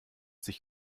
sich